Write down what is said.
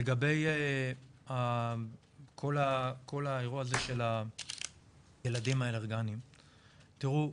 לגבי כל האירוע הזה של הילדים האלרגניים, תראו,